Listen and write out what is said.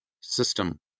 system